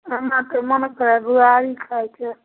ओना तऽ मोन छलै बुआरी खाइके